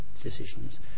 decisions